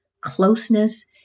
closeness